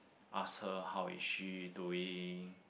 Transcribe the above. ask her how is she doing